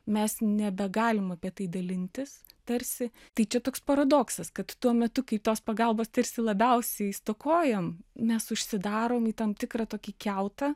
mes nebegalim apie tai dalintis tarsi tai čia toks paradoksas kad tuo metu kai tos pagalbos tarsi labiausiai stokojam mes užsidarom į tam tikrą tokį kiautą